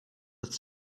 with